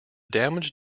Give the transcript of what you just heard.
damage